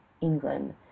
england